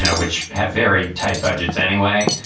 yeah which have very tight budgets anyway,